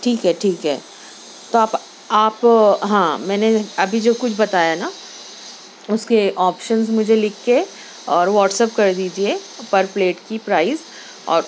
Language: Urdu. ٹھیک ہے ٹھیک ہے تو آپ آپ ہاں میں نے ابھی جو کچھ بتایا نہ اس کے آپشنز مجھے لکھ کے اور واٹسپ کر دیجیے پر پلیٹ کی پرائیز اور